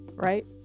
Right